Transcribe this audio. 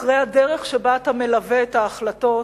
אחרי הדרך שבה אתה מלווה את ההחלטות,